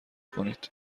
کنید